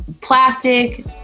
plastic